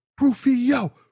Rufio